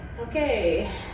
okay